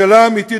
השאלה האמיתית,